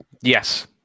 yes